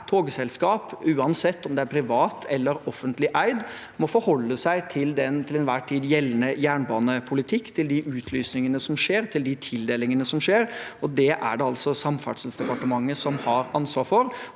togselskap, uansett om det er privat eller offentlig eid, må forholde seg til den til enhver tid gjeldende jernbanepolitikken, til de utlysningene som skjer, og til de tildelingene som skjer. Det er det altså Samferdselsdepartementet som har ansvar for,